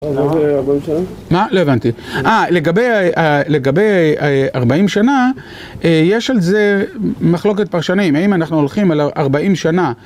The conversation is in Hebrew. מה? לא הבנתי. אה. לגבי 40 שנה יש על זה מחלוקת פרשנים האם אנחנו הולכים על 40 שנה